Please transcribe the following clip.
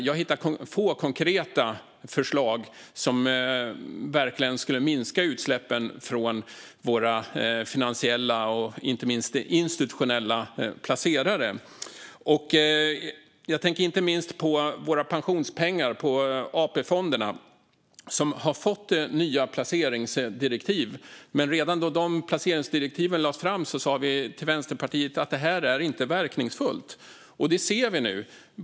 Jag hittar få konkreta förslag som verkligen skulle minska utsläppen från våra finansiella och institutionella placerare. Jag tänker inte minst på våra pensionspengar och på AP-fonderna. De har fått nya placeringsdirektiv, men redan då dessa direktiv lades fram sa Vänsterpartiet att detta inte är verkningsfullt. Det ser vi nu.